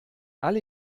alle